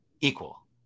equal